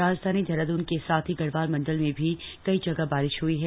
राजधानी देहरादून के साथ ही गढ़वाल मंडल में भी कई जगह बारिश हुई है